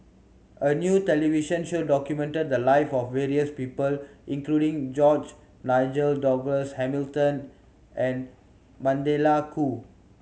a new television show documented the live of various people including George Nigel Douglas Hamilton and Magdalene Khoo